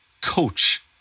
coach